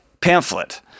Pamphlet